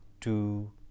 two